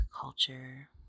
culture